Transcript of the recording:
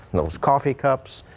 those coffee cups.